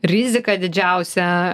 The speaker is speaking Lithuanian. rizika didžiausia